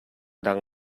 dang